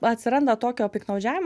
atsiranda tokio piktnaudžiavimo